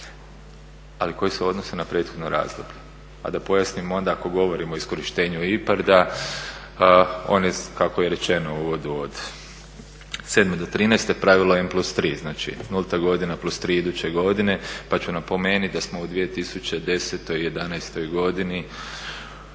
ali koji se odnose na prethodno razdoblje. Pa da pojasnim onda ako govorimo o iskorištenju IPARD-a. On je kako je rečeno u uvodu od 7 do 13 pravilo N+3, znači nulta godina plus tri iduće godine. Pa ću napomenuti da smo u 2010. i jedanaestoj godini